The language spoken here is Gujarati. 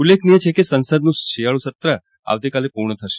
ઉલ્લેખનીય છે કે સંસદનું શિયાળુ સત્ર આવતીકાલે પૂર્ણ થયો